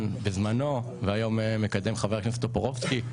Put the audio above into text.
והיום מקדם אותה חבר הכנסת טופורובסקי,